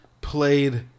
played